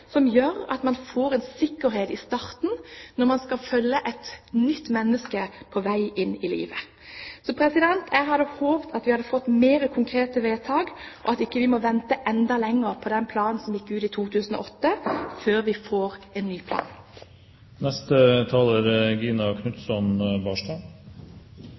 som gjør at man får en sikkerhet i starten når man skal følge et nytt menneske på vei inn i livet. Jeg hadde håpet at vi hadde fått mer konkrete vedtak med den planen som gikk ut i 2008, og at vi ikke må vente enda lenger før vi får en ny